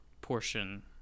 portion